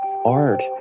art